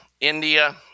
India